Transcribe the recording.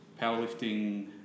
powerlifting